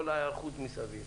ההיערכות מסביב,